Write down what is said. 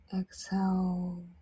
Exhale